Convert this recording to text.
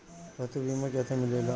पशु बीमा कैसे मिलेला?